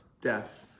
death